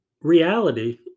reality